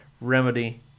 remedy